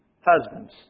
husbands